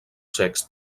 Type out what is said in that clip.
secs